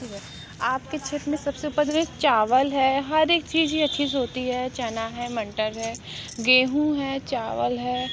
ठीक है आपके क्षेत्र में सबसे उपज चावल है हर एक चीज़ ही अच्छे से होती है चना है मटर है गेहूँ है चावल है